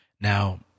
Now